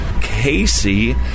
Casey